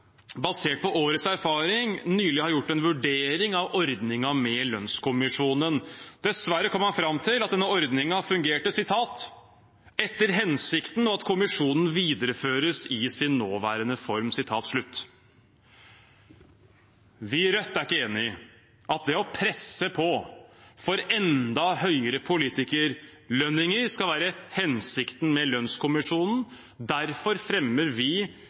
basert på årets erfaring, nylig har gjort en vurdering av ordningen med lønnskommisjonen. Dessverre kom man fram til at denne ordningen fungerer «etter hensikten og at kommisjonen videreføres i sin nåværende form.» Vi i Rødt er ikke enig i at det å presse på for enda høyere politikerlønninger skal være hensikten med lønnskommisjonen. Derfor fremmer vi